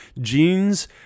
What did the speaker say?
Genes